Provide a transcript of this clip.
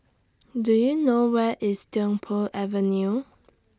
Do YOU know Where IS Tiong Poh Avenue